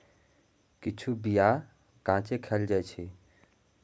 किछु बीया कांचे खाएल जाइ छै